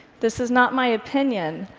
this is not my opinion.